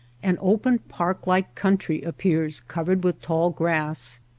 an open park like country appears covered with tall grass,